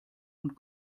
und